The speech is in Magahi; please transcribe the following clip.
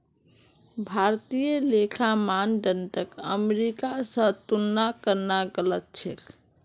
भारतीय लेखा मानदंडक अमेरिका स तुलना करना गलत छेक